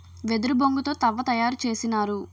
వెదురు బొంగు తో తవ్వ తయారు చేసినారు